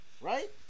Right